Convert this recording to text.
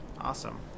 Awesome